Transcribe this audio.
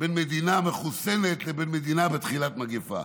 בין מדינה לא מחוסנת לבין מדינה בתחילת מגפה.